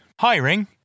Hiring